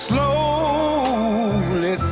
Slowly